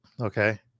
okay